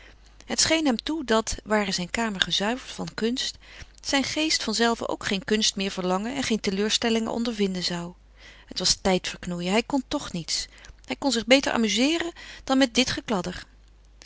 het scheen hem toe dat ware zijn kamer gezuiverd van kunst zijn geest van zelve ook geen kunst meer verlangen en geen teleurstellingen ondervinden zou het was tijd verknoeien hij kon toch niets hij kon zich beter amuzeeren dan met dit gekladder